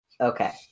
Okay